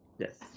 Yes